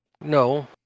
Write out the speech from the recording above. No